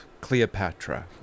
Cleopatra